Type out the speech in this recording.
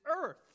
earth